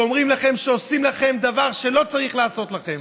ואומרים לכם שעושים לכם דבר שלא צריך לעשות לכם,